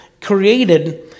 created